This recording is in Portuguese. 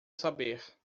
saber